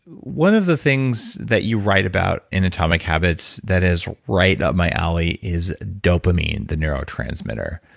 one of the things that you write about in atomic habits that is right of my alley is dopamine, the neurotransmitter.